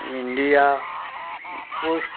India post